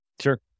Sure